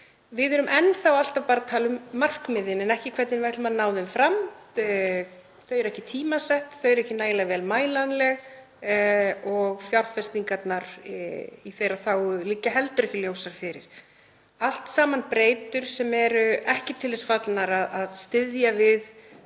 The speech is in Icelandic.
Við erum enn þá alltaf bara að tala um markmiðin en ekki hvernig við ætlum að ná þeim fram. Þau eru ekki tímasett, þau eru ekki nægilega vel mælanleg og fjárfestingarnar í þeirra þágu liggja heldur ekki ljósar fyrir. Allt saman breytur sem eru ekki til þess fallnar að styðja við